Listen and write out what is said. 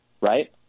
right